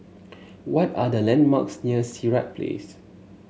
what are the landmarks near Sirat Place